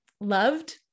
loved